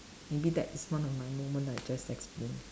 maybe that is one of my moment I just explain